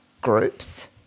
groups